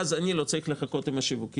ואז אני לא צריך לחכות עם השיווקים,